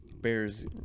Bears